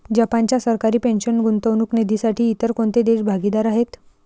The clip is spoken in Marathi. जपानच्या सरकारी पेन्शन गुंतवणूक निधीसाठी इतर कोणते देश भागीदार आहेत?